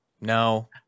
No